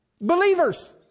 Believers